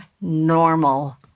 normal